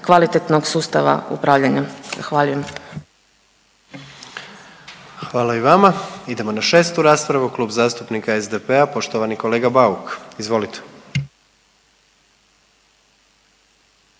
Gordan (HDZ)** Hvala i vama. Idemo na 6. raspravu, Klub zastupnika SDP-a, poštovani kolega Bauk izvolite.